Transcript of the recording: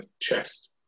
chest